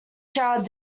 showered